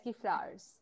flowers